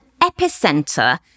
epicenter